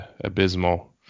abysmal